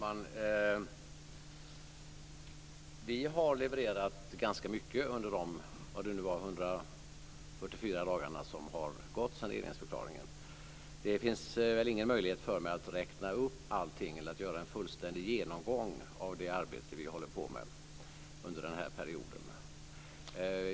Fru talman! Vi har levererat ganska mycket under de 136 dagar som har gått sedan regeringsförklaringen avgavs. Jag har inte någon möjlighet att nu göra en fullständig genomgång av det arbete som vi hållit på med under den här perioden.